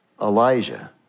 Elijah